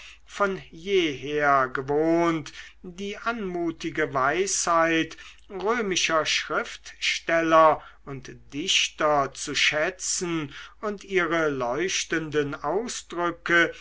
von jeher gewohnt die anmutige weisheit römischer schriftsteller und dichter zu schätzen und ihre leuchtenden ausdrücke